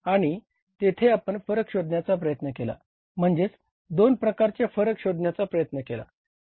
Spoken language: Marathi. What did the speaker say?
आणि तेथे आपण फरक शोधण्याचा प्रयत्न केला म्हणजेच दोन प्रकारचे फरक शोधण्याचा प्रयत्न केला